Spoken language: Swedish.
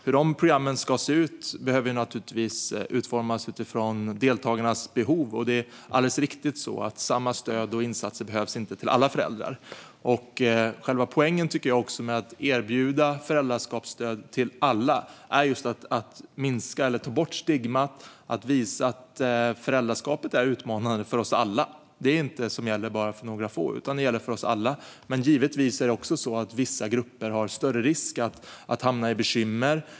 Hur programmen ska se ut ska naturligtvis avgöras utifrån deltagarnas behov. Det är alldeles riktigt att samma stöd och insatser inte behövs för alla föräldrar. Själva poängen med att erbjuda alla föräldraskapsstöd är just att minska eller ta bort stigmat och att visa att föräldraskapet är utmanande för oss alla. Det är inte något som gäller bara några få, utan det gäller oss alla. Men givetvis är det så att vissa grupper löper större risk att hamna i bekymmer.